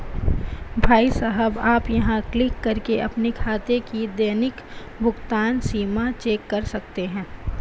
भाई साहब आप यहाँ क्लिक करके अपने खाते की दैनिक भुगतान सीमा चेक कर सकते हैं